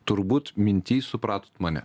turbūt minty supratot mane